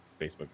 Facebook